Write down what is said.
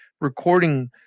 recording